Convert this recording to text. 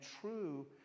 true